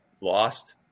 lost